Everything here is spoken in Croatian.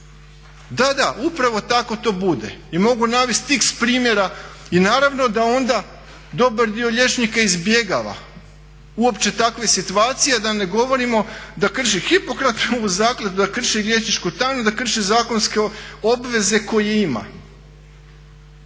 Da, da, upravo tako to bude i mogu navesti x primjera. I naravno da onda dobar dio liječnika izbjegava uopće takve situacije, da ne govorimo da krši Hipokratovu zakletvu, da krši liječničku tajnu, da krši zakonske obveze koje ima